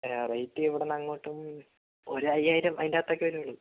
rate ഇവിടുന്ന് അങ്ങോട്ട് ഒരു അയ്യായ്യിരം അതിന് അകത്തൊക്കെയെ വരുള്ളൂ